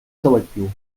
selectiu